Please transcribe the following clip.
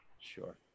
Sure